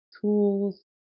tools